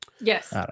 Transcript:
Yes